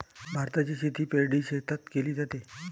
भाताची शेती पैडी शेतात केले जाते